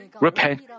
repent